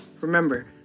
remember